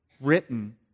written